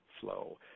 flow